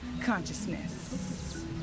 consciousness